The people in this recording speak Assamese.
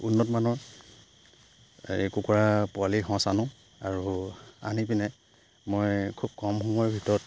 উন্নতমানৰ এই কুকুৰা পোৱালি সঁচ আনো আৰু আনি পিনে মই খুব কম সময়ৰ ভিতৰত